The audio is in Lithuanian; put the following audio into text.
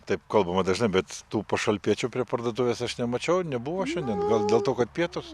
taip kalbama dažnai bet tų pašalpiečių prie parduotuvės aš nemačiau nebuvo šiandien gal dėl to kad pietūs